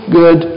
good